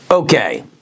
Okay